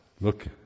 look